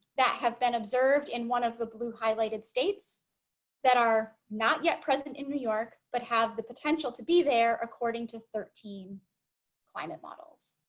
that have been observed in one of the blue highlighted states that are not yet present in new york but have the potential to be there according to thirteen climate models